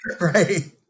right